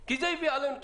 כי זה הביא עלינו חולי,